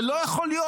זה לא יכול להיות.